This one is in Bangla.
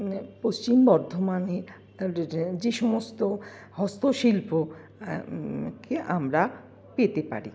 পশ্চিম বর্ধমানে যে সমস্ত হস্তশিল্প কে আমরা পেতে পারি